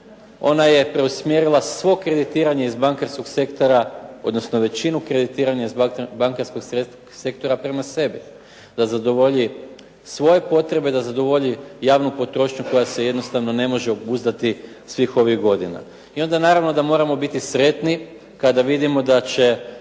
ona je preusmjerila svo kreditiranje iz bankarskog sektora, odnosno većinu kreditiranja iz bankarskog sektora prema sebi. Da zadovolji svoje potrebe, da zadovolji javnu potrošnju koja se jednostavno ne može obuzdati svih ovih godina. I onda naravno da moramo biti sretni kada vidimo da će